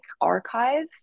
archive